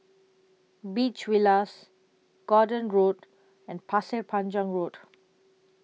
Beach Villas Gordon Road and Pasir Panjang Road